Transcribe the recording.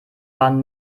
waren